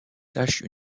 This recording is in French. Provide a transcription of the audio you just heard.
cache